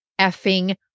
effing